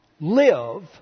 live